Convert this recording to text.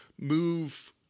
move